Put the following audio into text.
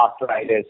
arthritis